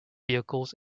vehicles